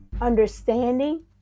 understanding